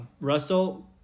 Russell